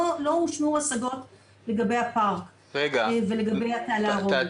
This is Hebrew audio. הושמעו השגות לגבי הפארק ולגבי התעלה הרומית.